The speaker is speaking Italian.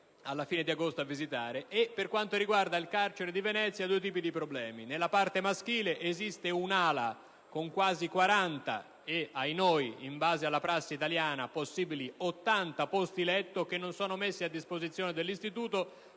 Per quanto riguarda il carcere di Venezia, si rilevano due tipi di problemi. Nella parte maschile esiste un'ala con quasi 40 e - ahinoi! - in base alla prassi italiana, possibili 80 posti letto che non sono messi a disposizione dell'istituto,